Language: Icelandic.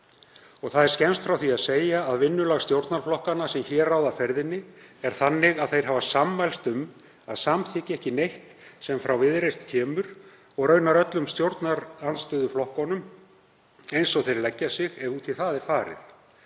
Það er skemmst frá því að segja að vinnulag stjórnarflokkanna sem hér ráða ferðinni er þannig að þeir hafa sammælst um að samþykkja ekki neitt sem frá Viðreisn kemur, og raunar öllum stjórnarandstöðuflokkunum eins og þeir leggja sig ef út í það er farið.